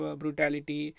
brutality